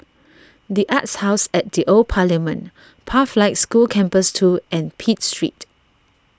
the Arts House at the Old Parliament Pathlight School Campus two and Pitt Street